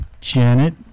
janet